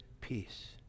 peace